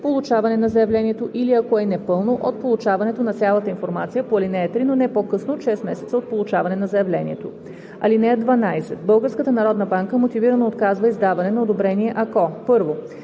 от получаване на заявлението или ако е непълно – от получаването па цялата информация по ал. 3, но не по-късно от 6 месеца от получаване на заявлението. (12) Българската народна банка мотивирано отказва издаване на одобрение, ако: